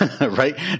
right